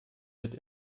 wird